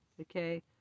okay